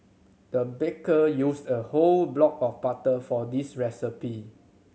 the baker used a whole block of butter for this recipe